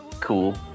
cool